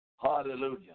Hallelujah